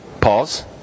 Pause